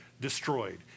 destroyed